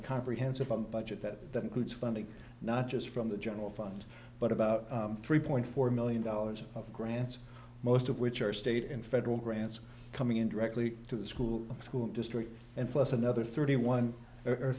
a comprehensive a budget that gets funding not just from the general fund but about three point four million dollars of grants most of which are state and federal grants coming in directly to the school school district and plus another thirty one or